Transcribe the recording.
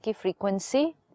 frequency